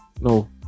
No